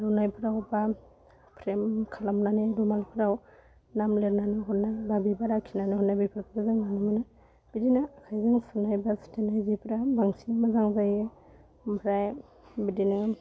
आर'नाइफ्राव बा फ्रेम खालामनानै रुमालफ्राव नाम लेरनानै हरनाय बा बिबार आखिनानै हरनाय बेफोरखो जों नुनो मोनो बिदिनो आखाइजों सुनाय बा सुथेनाय जिफ्रा बांसिन मोजां जायो आमफ्राय बिदिनो